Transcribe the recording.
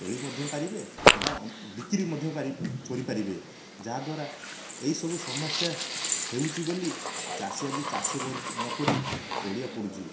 ଚଳି ମଧ୍ୟ ପାରିବେ ବା ଅ ବିକ୍ରୀ ମଧ୍ୟ ପାରି କରିପାରିବେ ଯାହାଦ୍ବାରା ଏଇସବୁ ସମସ୍ଯା ହେଉଛି ବୋଲି ଚାଷୀ ଆଜି ଚାଷ ନ କରି ପଡ଼ିଆ ପଡ଼ୁଛି